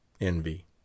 Envy